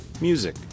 music